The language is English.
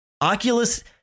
Oculus